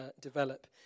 develop